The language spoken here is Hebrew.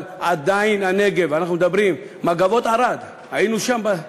אבל עדיין הנגב, "מגבות ערד", היינו שם.